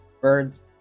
birds